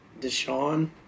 Deshaun